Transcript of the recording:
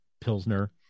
pilsner